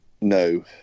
No